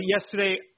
yesterday